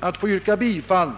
Jag kommer därför att rösta för bifall